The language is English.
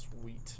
sweet